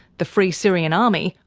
the free syrian army,